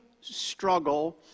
struggle